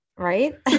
right